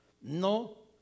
no